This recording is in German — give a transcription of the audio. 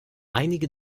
einige